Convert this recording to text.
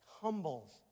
humbles